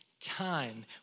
time